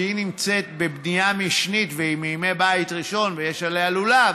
שהיא נמצאת בבנייה משנית והיא מימי בית ראשון ויש עליה לולב